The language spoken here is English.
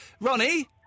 Ronnie